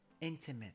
intimate